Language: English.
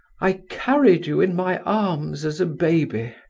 i carried you in my arms as a baby,